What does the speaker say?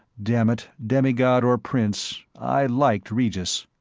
damn it, demigod or prince, i liked regis.